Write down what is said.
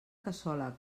cassola